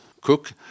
cook